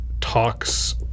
talks